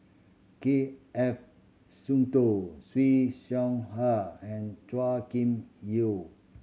K F Seetoh Siew Shaw Her and Chua Kim Yeow